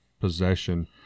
possession